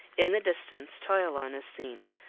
in the distance toyalone is seen,